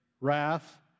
wrath